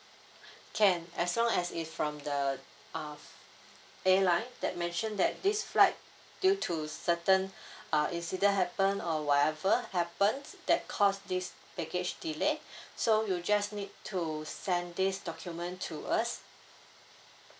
can as long as it's from the uh airline that mention that this flight due to certain uh incident happen or whatever happens that cause this baggage delay so you just need to send this document to us